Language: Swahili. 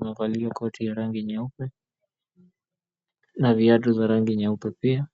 amevalia koti ya rangi nyeupe na viatu vya rangi nyeupe pia.